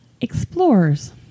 Explorers